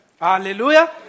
Hallelujah